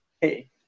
hey